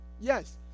Yes